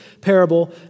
parable